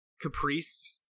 Caprice